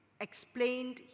explained